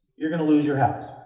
you're going to lose your house.